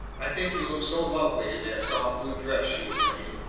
i think you look so lovely in that soft blue dress! she was saying.